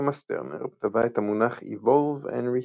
תומאס טרנר טבע את המונח Evolve and Resequence,